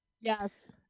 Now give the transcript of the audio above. Yes